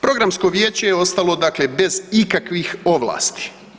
Programsko vijeće je ostalo, dakle bez ikakvih ovlasti.